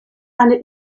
eine